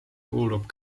kuulub